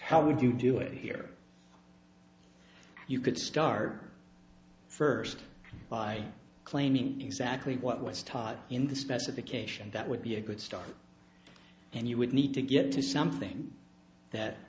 how would you do it here you could start first by claiming exactly what's taught in the specification that would be a good start and you would need to get to something that